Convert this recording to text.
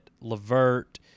Levert